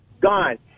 gone